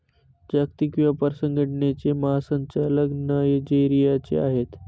जागतिक व्यापार संघटनेचे महासंचालक नायजेरियाचे आहेत